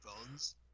phones